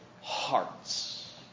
hearts